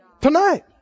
tonight